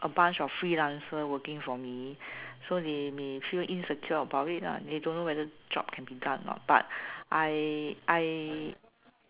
a bunch of freelancer working for me so they may feel insecure about it lah they don't know whether the job can be done or not but I I